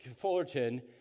Fullerton